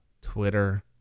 Twitter